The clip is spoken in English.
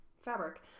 fabric